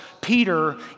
Peter